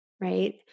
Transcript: right